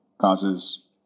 causes